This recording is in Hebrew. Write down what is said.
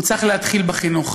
הוא צריך להתחיל בחינוך.